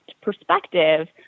perspective